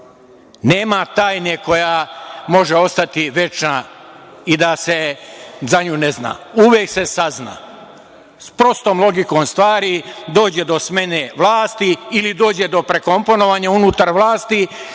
Nema tajne koja može ostati večna i da se za nju ne zna, uvek se sazna. Prostom logikom stvari dođe do smene vlasti ili dođe do prekomponovanja unutar vlasti